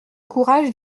courage